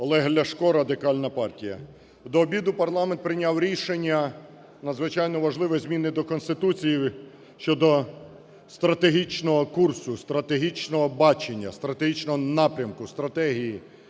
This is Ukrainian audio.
Олег Ляшко, Радикальна партія. До обіду парламент прийняв рішення надзвичайно важливе – зміни до Конституції щодо стратегічного курсу, стратегічного бачення, стратегічного напрямку стратегії